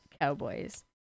cowboys